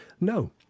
No